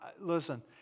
listen